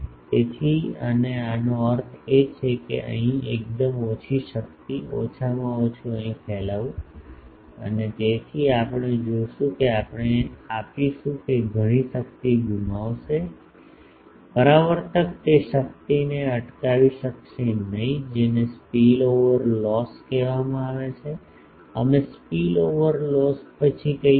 તેથી અને આનો અર્થ એ છે કે અહીં એકદમ ઓછી શક્તિ ઓછામાં ઓછું અહીં ફેલાવું અને તેથી આપણે જોશું કે આપણે આપીશું કે ઘણી શક્તિ ગુમાવશે પરાવર્તક તે શક્તિને અટકાવી શકશે નહીં જેને સ્પીલ ઓવર લોસ કહેવામાં આવે છે અમે સ્પીલ ઓવર લોસ પછી કહીશુ